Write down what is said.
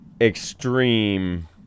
extreme